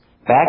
Back